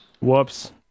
Whoops